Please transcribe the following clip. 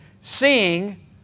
seeing